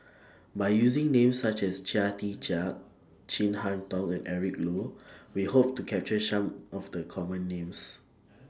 By using Names such as Chia Tee Chiak Chin Harn Tong and Eric Low We Hope to capture Some of The Common Names